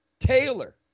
Taylor